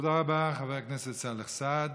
תודה רבה, חבר הכנסת סאלח סעד.